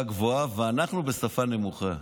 בשפה גבוהה, ואנחנו בשפה נמוכה.